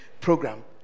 program